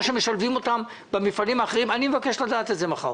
או שישלבו אותם במפעלים האחרים אני מבקש לדעת את זה מחר.